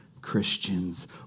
Christians